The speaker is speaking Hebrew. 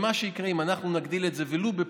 שמה שיקרה אם אנחנו נגדיל את זה ולו בפסיק,